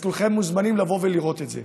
אז כולכם מוזמנים לבוא ולראות את זה.